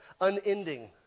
unending